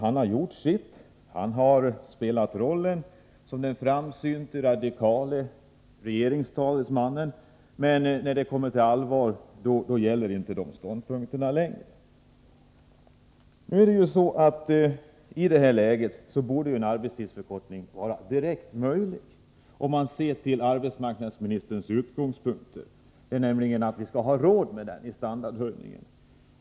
Han har gjort sitt. Han har spelat rollen som den framsynte radikale regeringstalesmannen. Men när det verkligen blir allvar, gäller inte hans ståndpunkter längre. I det här läget borde en arbetstidsförkortning vara direkt möjlig, med tanke på arbetsmarknadsministerns utgångspunkter. Det gäller nämligen att ha råd med en sådan standardhöjning.